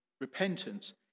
repentance